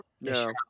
No